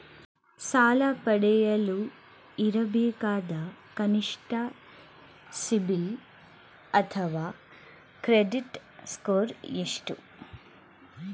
ಸಾಲ ಪಡೆಯಲು ಇರಬೇಕಾದ ಕನಿಷ್ಠ ಸಿಬಿಲ್ ಅಥವಾ ಕ್ರೆಡಿಟ್ ಸ್ಕೋರ್ ಎಷ್ಟು?